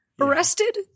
Arrested